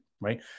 Right